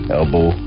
elbow